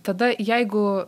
tada jeigu